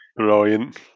Brilliant